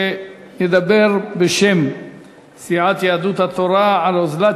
שידבר בשם סיעת יהדות התורה על אוזלת